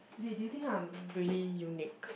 wait do you think I'm really unique